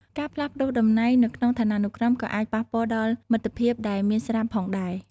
ការផ្លាស់ប្តូរតំណែងនៅក្នុងឋានានុក្រមក៏អាចប៉ះពាល់ដល់មិត្តភាពដែលមានស្រាប់ផងដែរ។